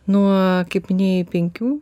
nuo kaip minėjai penkių